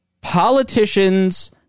politicians